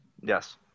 Yes